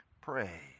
Pray